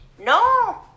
No